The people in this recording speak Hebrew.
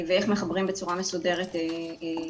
ואיך מחברים בצורה מסודרת ישובים.